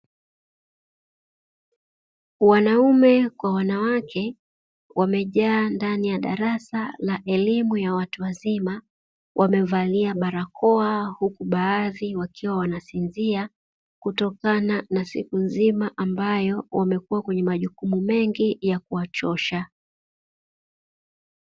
Wanaume kwa wanawake wamejaa ndani ya darasa la elimu ya watu wazima wamevalia barakoa, huku baadhi wakiwa wanasinzia kutokana na siku nzima ambayo wamekuwa kwenye majukumu mengi ya kuwachosha.